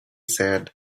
said